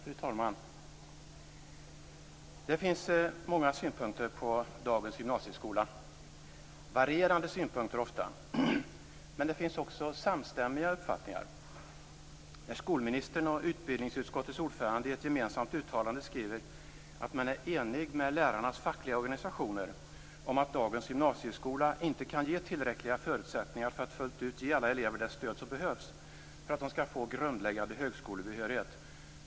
Fru talman! Det finns många synpunkter på dagens gymnasieskola. Det är ofta varierande synpunkter, men det finns också samstämmiga uppfattningar. Skolministern och utbildningsutskottets ordförande säger i ett gemensamt uttalande att de är eniga med lärarnas fackliga organisationer om att dagens gymnasieskola inte har tillräckliga förutsättningar för att fullt ut ge alla elever det stöd som behövs för att de skall få grundläggande högskolebehörighet.